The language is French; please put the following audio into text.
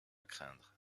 craindre